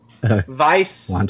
Vice